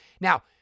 Now